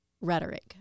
rhetoric